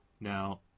Now